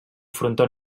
frontó